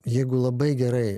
jeigu labai gerai